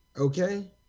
okay